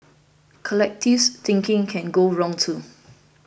collectivist thinking can go wrong too